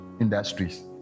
industries